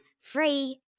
Free